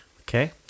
Okay